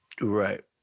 Right